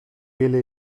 really